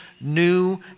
new